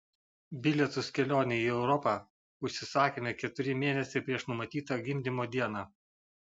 bilietus kelionei į europą užsisakėme keturi mėnesiai prieš numatytą gimdymo dieną